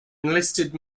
enlisted